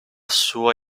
sua